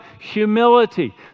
humility